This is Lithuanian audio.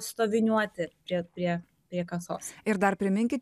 stoviniuoti prie prie prie kasos ir dar priminkit